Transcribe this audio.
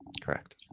Correct